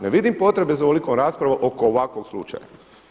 Ne vidim potrebe za ovolikom raspravom oko ovakvog slučaja.